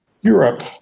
Europe